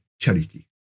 charity